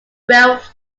weald